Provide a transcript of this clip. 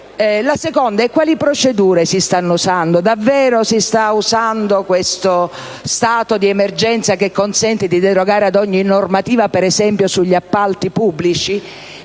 In secondo luogo, quali procedure si stanno usando? Davvero si sta usando questo stato di emergenza che consente di derogare ad ogni normativa, per esempio sugli appalti pubblici?